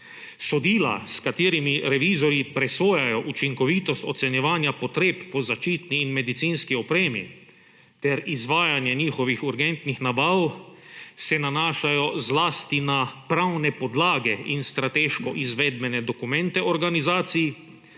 Sodila, s katerimi revizorji presojajo učinkovitost ocenjevanja potreb po zaščitni in medicinski opremi ter izvajanje njihovih urgentnih nabav, se nanašajo zlasti na pravne podlage in strateško izvedbene dokumente organizacij,